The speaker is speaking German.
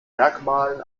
merkmalen